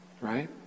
right